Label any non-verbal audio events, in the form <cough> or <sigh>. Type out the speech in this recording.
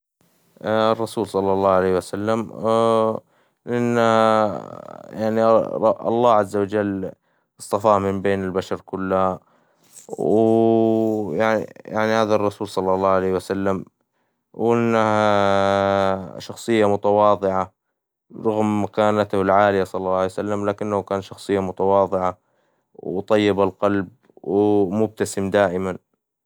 الرسول صلى الله عليه وسلم، <hesitation> إنه الله عز وجل اصطفاه من بين البشر كلها، و <hesitation> يعني هذا الرسول صلى الله عليه وسلم وإنه <hesitation> شخصية متواظعة رغم مكانته العالية صلى الله عليه وسلم، لكنه كان شخصية متواظعة، وطيب القلب، ومبتسم دائما.